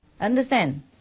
Understand